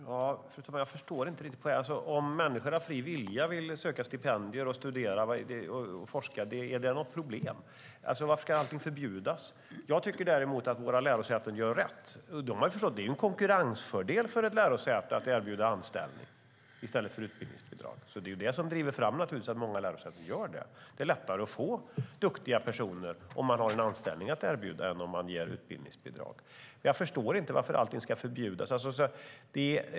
Fru talman! Jag förstår inte riktigt poängen. Är det något problem om människor av fri vilja vill söka stipendier och studera och forska? Varför ska allting förbjudas? Jag tycker däremot att våra lärosäten gör rätt. De har förstått att det är en konkurrensfördel för ett lärosäte att erbjuda anställning i stället för utbildningsbidrag. Det är vad som driver fram att många lärosäten gör det. Det är lättare att få duktiga personer om man har en anställning att erbjuda än om man ger utbildningsbidrag. Jag förstår inte varför allting ska förbjudas.